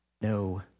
no